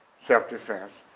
self defense,